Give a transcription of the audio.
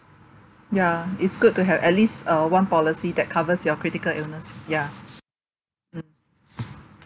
ya it's good to have at least uh one policy that covers your critical illness ya mm